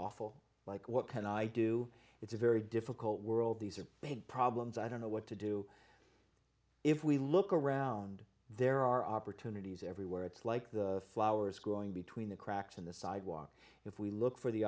awful like what can i do it's a very difficult world these are big problems i don't know what to do if we look around there are opportunities everywhere it's like the flowers growing between the cracks in the sidewalk if we look for the